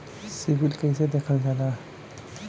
CIBIL कैसे देखल जाला?